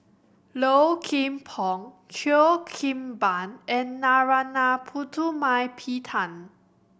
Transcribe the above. Low Kim Pong Cheo Kim Ban and Narana Putumaippittan